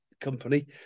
company